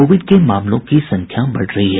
Covid के मामलों की संख्या बढ़ रही है